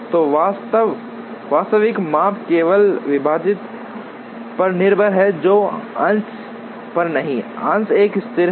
तो वास्तविक माप केवल विभाजक पर निर्भर है और अंश पर नहीं अंश एक स्थिर है